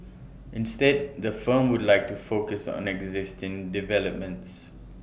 instead the firm would like to focus on existing developments